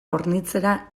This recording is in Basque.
hornitzera